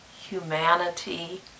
humanity